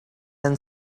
and